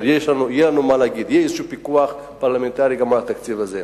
שיהיה לנו מה להגיד יהיה איזשהו פיקוח פרלמנטרי גם על התקציב הזה.